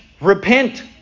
Repent